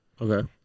Okay